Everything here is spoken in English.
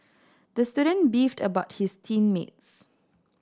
the student beefed about his team mates